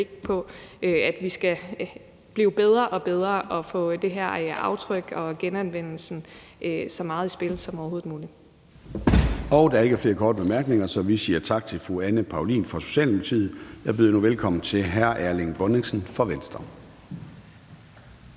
at vi skal blive bedre og bedre og få formindskelsen af det her aftryk og genanvendelsen så meget i spil som overhovedet muligt. Kl. 13:25 Formanden (Søren Gade): Der er ikke flere korte bemærkninger, så vi siger tak til fru Anne Paulin fra Socialdemokratiet. Jeg byder nu velkommen til hr. Erling Bonnesen fra Venstre.